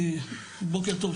בוקר טוב.